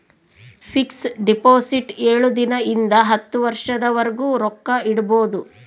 fix deposit ಏಳು ದಿನ ಇಂದ ಹತ್ತು ವರ್ಷದ ವರ್ಗು ರೊಕ್ಕ ಇಡ್ಬೊದು